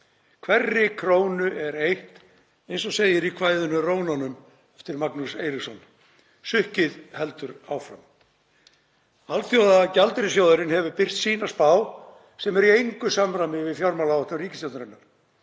Hverri krónu er eytt, eins og segir í kvæðinu Rónanum eftir Magnús Eiríksson. Sukkið heldur áfram. Alþjóðagjaldeyrissjóðurinn hefur birt sína spá sem er í engu samræmi við fjármálaáætlun ríkisstjórnarinnar.